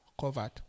covered